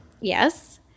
Yes